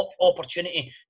opportunity